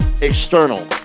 external